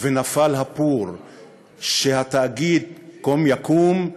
ונפל הפור שהתאגיד קום יקום,